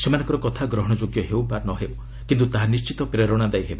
ସେମାନଙ୍କର କଥା ଗ୍ରହଣଯୋଗ୍ୟ ହେଉ ବା ନ ହେଉ କିନ୍ତୁ ତାହା ନିର୍ଣ୍ଣିତ ପ୍ରେରଣାଦାୟୀ ହେବ